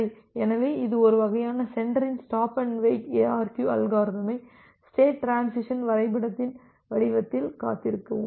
சரி எனவே இது ஒரு வகையான சென்டரின் ஸ்டாப் அண்டு வெயிட் எஆர்கியு அல்காரிதமை ஸ்டேட் டிரான்சிசன் வரைபடத்தின் வடிவத்தில் காத்திருக்கவும்